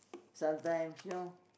sometimes you know